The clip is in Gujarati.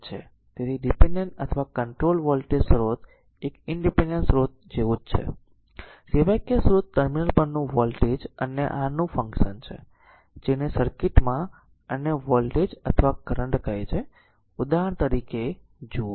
તેથી ડીપેન્ડેન્ટ અથવા કંટ્રોલ્ડ વોલ્ટેજ સ્રોત એક ઇનડીપેન્ડેન્ટ સ્રોત જેવું જ છે સિવાય કે સ્રોત ટર્મિનલ પરનું વોલ્ટેજ અન્ય r નું ફંક્શન છે જેને સર્કિટ માં અન્ય વોલ્ટેજ અથવા કરંટ કહે છે ઉદાહરણ તરીકે જુઓ